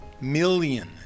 million